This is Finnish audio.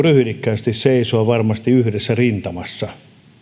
ryhdikkäästi seisoa varmasti yhdessä rintamassa